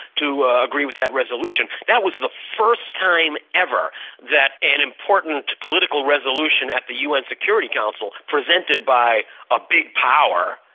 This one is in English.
to agree with that resolution. that was the first time ever that an important political resolution at the un security council, presented by a big power,